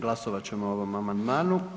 Glasovat ćemo o ovom amandmanu.